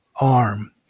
arm